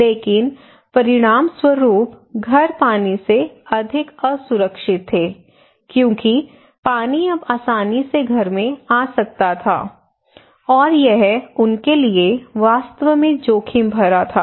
लेकिन परिणामस्वरूप घर पानी से अधिक असुरक्षित थे क्योंकि पानी अब आसानी से घर में आ सकता था और यह उनके लिए वास्तव में जोखिम भरा था